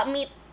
Meat